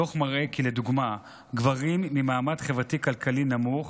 הדוח מראה לדוגמה כי גברים ממעד חברתי-כלכלי נמוך